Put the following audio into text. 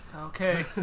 Okay